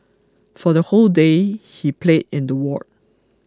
for the whole day he played in the ward